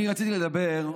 אני רציתי לדבר,